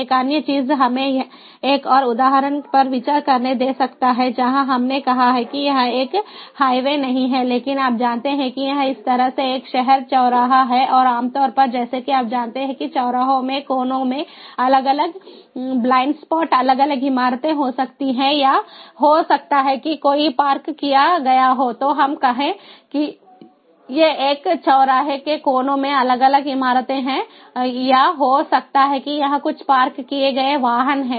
एक अन्य चीज हमें एक और उदाहरण पर विचार करने दे सकता है जहां हमने कहा है कि यह एक हाईवे नहीं है लेकिन आप जानते हैं कि यह इस तरह से एक शहर चौराहा है और आमतौर पर जैसा कि आप जानते हैं कि चौराहों में कोनों में अलग अलग ब्लाइंड स्पॉट अलग अलग इमारतें हो सकते हैं या हो सकता है कि कोई पार्क किया गया हो तो हम कहें कि ये एक चौराहे के कोनों में अलग अलग इमारतें हैं या हो सकता है कि यहाँ कुछ पार्क किए गए वाहन हैं